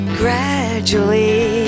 gradually